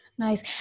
Nice